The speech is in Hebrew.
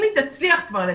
אם היא תצליח כבר לתקן.